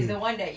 mm